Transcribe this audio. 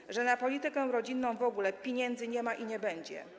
jako że na politykę rodzinną w ogóle: pieniędzy nie ma i nie będzie.